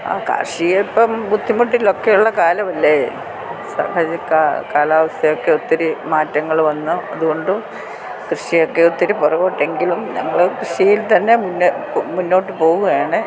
ആ കാർഷികം ഇപ്പോൾ ബുദ്ധിമുട്ടിൽ ഒക്കെ ഉള്ള കാലമല്ലേ കാലാവസ്ഥ ഒക്കെ ഒത്തിരി മാറ്റങ്ങൾ വന്നു അതുകൊണ്ടും കൃഷി ഒക്കെ ഒത്തിരി പിറകോട്ട് എങ്കിലും ഞങ്ങൾ കൃഷിയിൽ തന്നെ മുന്ന് മുന്നോട്ടു പോവുകയാണ്